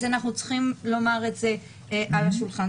אז אנחנו צריכים לומר את זה על השולחן.